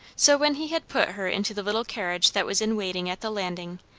so, when he had put her into the little carriage that was in waiting at the landing,